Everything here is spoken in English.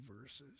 verses